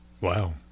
Wow